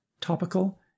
topical